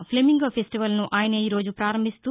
flamingo ఫెస్టివల్ను ఆయన ఈ రోజు ప్రారంభిస్తూ